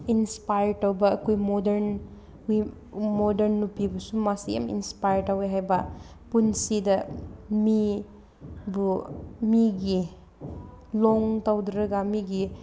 inspire ꯇꯧꯕ ꯑꯩꯈꯣꯏ ꯃꯣꯗꯔꯟꯒꯤ ꯑꯩꯈꯣꯏ ꯃꯣꯗꯔꯟ ꯅꯨꯄꯤꯕꯨꯁꯨ ꯃꯥꯁꯦ ꯌꯥꯝ ꯏꯟꯄꯥꯏꯌꯔ ꯇꯧꯋꯦ ꯍꯥꯏꯕ ꯄꯨꯟꯁꯤꯗ ꯃꯤꯕꯨ ꯃꯤꯒꯤ ꯂꯣꯡ ꯇꯧꯗ꯭ꯔꯒ ꯃꯤꯒꯤ